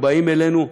הם באים אלינו,